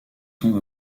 tombe